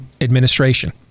administration